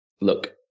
Look